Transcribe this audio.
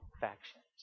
factions